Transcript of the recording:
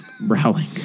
rowling